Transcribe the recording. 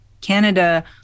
Canada